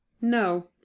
No